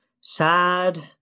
sad